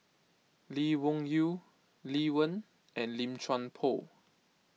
Lee Wung Yew Lee Wen and Lim Chuan Poh